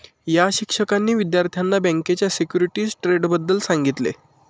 या शिक्षकांनी विद्यार्थ्यांना बँकेच्या सिक्युरिटीज ट्रेडबद्दल सांगितले